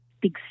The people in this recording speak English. big